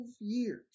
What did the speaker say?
years